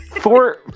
Four